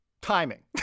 Timing